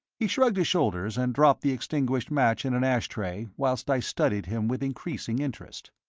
he shrugged his shoulders and dropped the extinguished match in an ash tray, whilst i studied him with increasing interest.